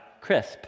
crisp